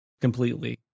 completely